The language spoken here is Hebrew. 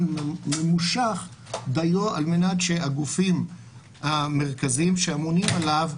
ממושך דיו על מנת שהגופים המרכזיים שאמונים עליו,